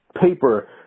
paper